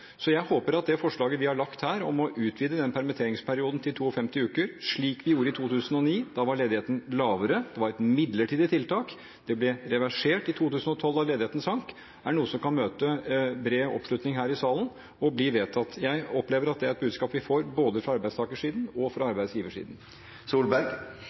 Så jeg håper at det forslaget vi har lagt fram her, om å utvide permitteringsperioden til 52 uker – slik vi gjorde i 2009, da var ledigheten lavere, det var et midlertidig tiltak, det ble reversert i 2012 da ledigheten sank – er noe som kan møte bred oppslutning her i salen og bli vedtatt. Jeg opplever at det er et budskap vi får både fra arbeidstakersiden og fra arbeidsgiversiden.